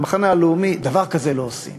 המחנה הלאומי: דבר כזה לא עושים.